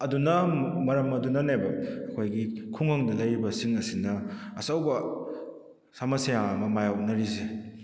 ꯑꯗꯨꯅ ꯃꯔꯝ ꯑꯗꯨꯅꯅꯦꯕ ꯑꯩꯈꯣꯏꯒꯤ ꯈꯨꯡꯒꯪꯗ ꯂꯩꯔꯤꯔꯕꯁꯤꯡ ꯑꯁꯤꯅ ꯑꯆꯧꯕ ꯁꯃꯥꯁ꯭ꯌꯥ ꯑꯃ ꯃꯥꯏꯌꯣꯛꯅꯔꯤꯁꯦ